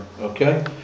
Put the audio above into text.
Okay